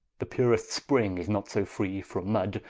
the purest spring is not so free from mudde,